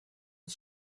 het